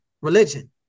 religion